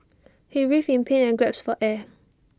he writhed in pain and gasped for air